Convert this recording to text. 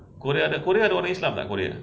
korea ada korea ada orang islam tak korea